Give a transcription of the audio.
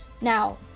Now